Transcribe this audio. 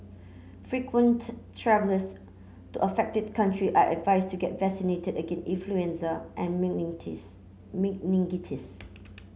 frequent travellers to affected country are advised to get vaccinated against influenza and meningitis